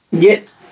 Get